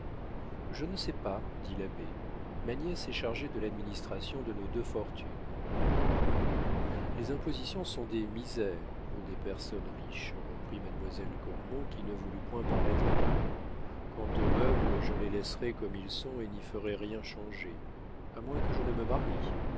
je ne sais pas dit l'abbé ma nièce est chargée de l'administration de nos deux fortunes les impositions sont des misères pour des personnes riches reprit mademoiselle cormon qui ne voulut point paraître avare quant aux meubles je les laisserai comme ils sont et n'y ferai rien changer à moins que je ne me marie